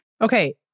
Okay